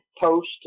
post